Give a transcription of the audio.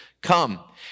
come